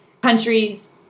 countries